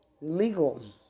legal